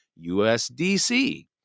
USDC